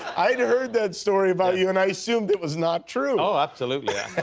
i'd heard that story about you and i assumed it was not true. ah absolutely. yeah